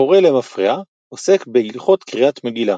הקורא למפרע - עוסק בהלכות קריאת מגילה.